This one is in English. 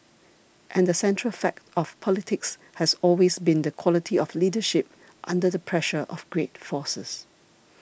and the central fact of politics has always been the quality of leadership under the pressure of great forces